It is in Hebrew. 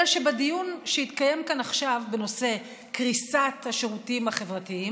אלא שבדיון שהתקיים כאן עכשיו בנושא קריסת השירותים החברתיים,